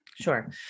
Sure